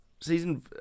season